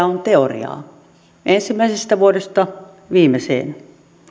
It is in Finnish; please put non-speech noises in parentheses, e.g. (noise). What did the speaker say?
(unintelligible) on teoriaa ensimmäisestä vuodesta viimeiseen